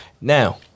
Now